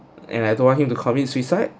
and I don't want him to commit suicide